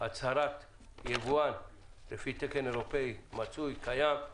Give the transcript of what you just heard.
הצהרת יבואן לפי תקן אירופאי מצוי וקיים.